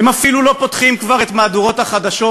הם אפילו לא פותחים כבר את מהדורות החדשות